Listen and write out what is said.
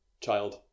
child